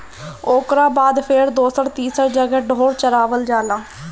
ओकरा बाद फेर दोसर तीसर जगह ढोर चरावल जाला